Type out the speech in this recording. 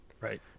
Right